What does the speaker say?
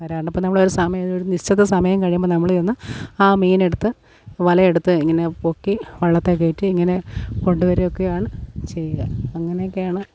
വരാറുണ്ട് അപ്പം നമ്മൾ സമയം നിശ്ചിത സമയം കഴിയുമ്പോൾ നമ്മൾ ചെന്ന് ആ മീനെടുത്ത് വലയെടുത്ത് ഇങ്ങനെ പൊക്കി വള്ളത്തിൽ കയറ്റി ഇങ്ങനെ കൊണ്ടു വരികയൊക്കെയാണ് ചെയ്യുക അങ്ങനെയൊക്കെയാണ്